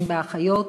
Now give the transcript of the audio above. הן באחיות,